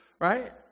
Right